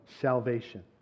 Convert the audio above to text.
salvation